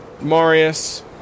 Marius